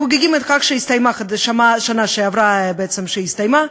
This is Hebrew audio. חוגגים את השנה שעברה שהסתיימה,